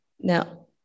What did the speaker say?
Now